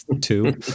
two